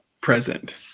present